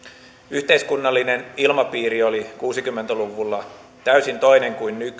yhteiskunnallinen ilmapiiri oli kuusikymmentä luvulla täysin toinen kuin